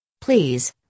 please